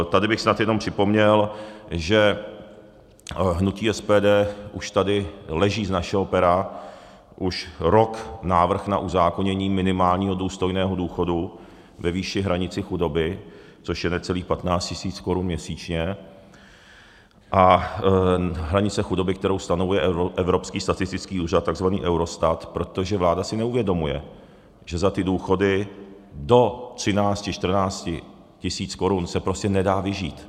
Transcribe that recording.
Tady bych snad jenom připomněl, že hnutí SPD, už tady leží z našeho pera už rok návrh na uzákonění minimálního důstojného důchodu ve výši hranice chudoby, což je necelých 15 tisíc korun měsíčně, a hranice chudoby, kterou stanovuje Evropský statistický úřad, tzv. Eurostat, protože vláda si neuvědomuje, že za ty důchody do třinácti, čtrnácti tisíc korun se prostě nedá vyžít.